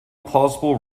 plausible